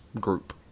group